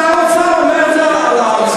שר האוצר אומר את זה על הציבור,